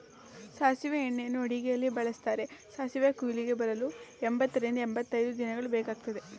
ಸಾಸಿವೆ ಎಣ್ಣೆಯನ್ನು ಅಡುಗೆಯಲ್ಲಿ ಬಳ್ಸತ್ತರೆ, ಸಾಸಿವೆ ಕುಯ್ಲಿಗೆ ಬರಲು ಎಂಬತ್ತರಿಂದ ಎಂಬತೈದು ದಿನಗಳು ಬೇಕಗ್ತದೆ